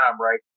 right